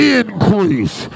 increase